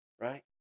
right